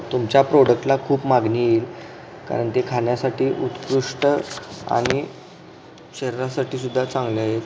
तुमच्या प्रोडक्टला खूप मागणी येईल कारण ते खाण्यासाठी उत्कृष्ट आणि शरीरासाठी सुद्धा चांगल्या आहेत